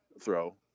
throw